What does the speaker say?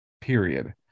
period